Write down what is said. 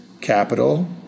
capital